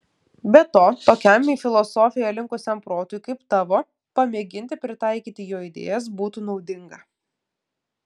be to tokiam į filosofiją linkusiam protui kaip tavo pamėginti pritaikyti jo idėjas būtų naudinga